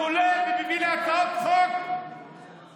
אז הוא הולך בשביל הצעות חוק כאלה,